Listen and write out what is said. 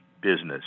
business